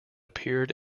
appeared